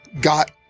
got